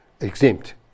exempt